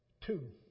two